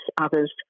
others